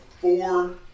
four